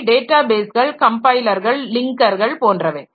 அவை டேட்டாபேஸ்கள் கம்பைலர்கள் லிங்க்கர்கள் போன்றவை